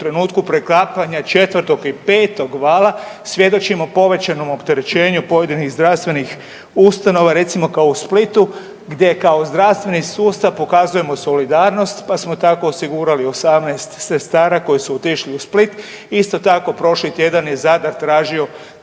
u trenutku preklapanja četvrtog i petog vala svjedočimo povećanom opterećenju pojedinih zdravstvenih ustanova recimo kao u Splitu gdje kao zdravstveni sustav pokazujemo solidarnost pa smo tako osigurali 18 sestara koje su otišle u Split. Isto tako prošli tjedan je Zadar tražio